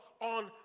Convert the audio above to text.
on